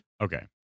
Okay